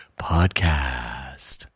podcast